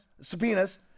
subpoenas